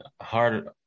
hard